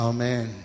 Amen